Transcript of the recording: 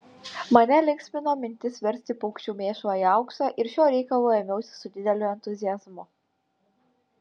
mane linksmino mintis versti paukščių mėšlą į auksą ir šio reikalo ėmiausi su dideliu entuziazmu